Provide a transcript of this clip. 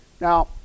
Now